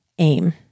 AIM